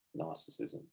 narcissism